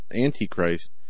antichrist